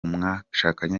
mwashakanye